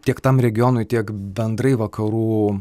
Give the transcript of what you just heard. tiek tam regionui tiek bendrai vakarų